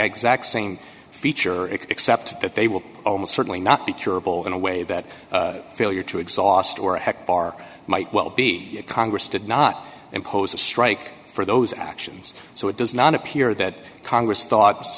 exact same feature except that they will almost certainly not be curable in a way that failure to exhaust or a heck bar might well be that congress did not impose a strike for those actions so it does not appear that congress thought